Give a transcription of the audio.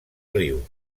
riu